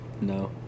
No